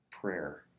prayer